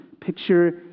picture